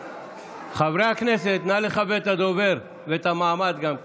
חברי הכנסת, נא לכבד את הדובר ואת המעמד גם כן.